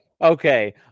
Okay